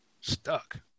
stuck